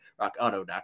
rockauto.com